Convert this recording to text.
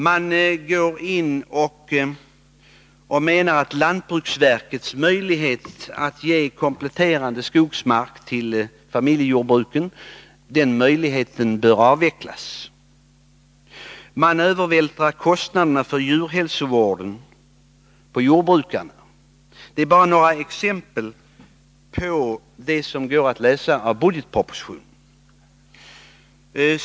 Man menar att lantbruksstyrelsens möjlighet att ge kompletterande skogsmark till familjejordbruken bör avvecklas. Man övervältrar kostnaderna för djurhälsovården på jordbrukarna. Detta är bara några exempel på det som går att läsa ut av budgetpropositionen.